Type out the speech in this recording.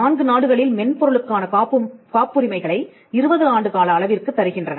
நான்கு நாடுகளில் மென்பொருளுக்கான காப்புரிமைகளை 20 ஆண்டுகால அளவிற்குத் தருகின்றன